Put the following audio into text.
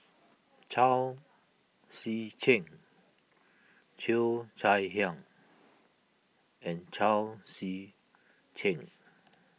Chao Tzee Cheng Cheo Chai Hiang and Chao Tzee Cheng